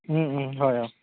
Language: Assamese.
হয় অঁ